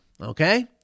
okay